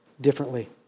differently